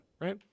right